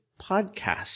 podcast